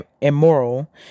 immoral